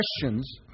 questions